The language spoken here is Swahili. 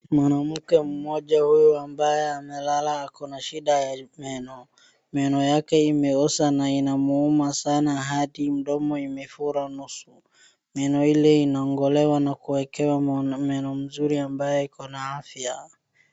Mwanamke mmoja huyu ambaye amelala ako na shida ya meno. Meno yake imeoza na ina muuma sana hadi mdomo imefura nusu. Meno ile inang'olewa na kuwekewa meno mzuri ambaye iko na afya.